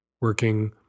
working